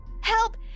Help